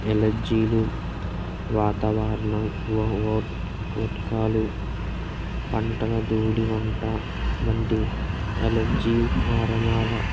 ఎలర్జీలు వాతావరణం వోట్కాలు పంటల దూళి వంట వంటి ఎలర్జీ కారణాల